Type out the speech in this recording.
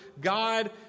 God